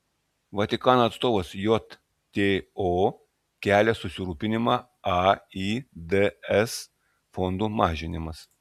vatikano atstovas jto kelia susirūpinimą aids fondų mažinimas